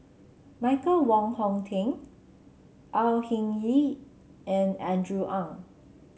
Michael Wong Hong Teng Au Hing Yee and Andrew Ang